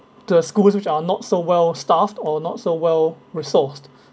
the schools which are not so well staffed or not so well resourced